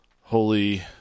holy